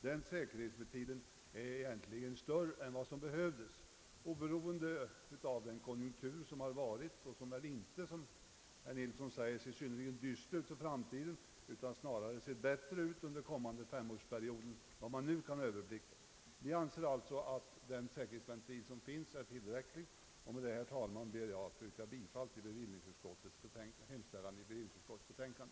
Den säker hetsventilen är egentligen större än vad som behövs och detta oberoende av konjunkturen, vilken väl för övrigt inte, som herr Nilsson säger, ser synnerligen dyster ut för framtiden utan snarare ter sig ljus för den kommande femårsperioden, enligt vad man nu kan iaktta. Med detta ber jag, herr talman, att få yrka bifall till hemställan i bevillningsutskottets betänkande.